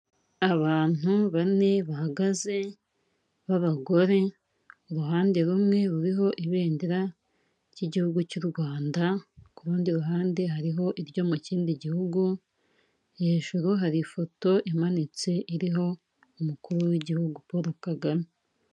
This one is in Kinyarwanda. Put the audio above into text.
Abantu bane bahagaze b'abagore, uruhande rumwe ruriho ibendera ry'Igihugu cy'u Rwanda, ku rundi ruhande hariho iryo mu kindi gihugu, hejuru hari ifoto imanitse iriho Umukuru w'Igihugu Paul Kagame.